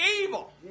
evil